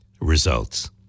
results